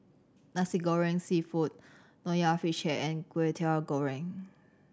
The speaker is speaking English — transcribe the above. Nasi Goreng Seafood Nonya Fish Head and Kwetiau Goreng